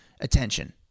attention